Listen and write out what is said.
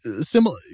similar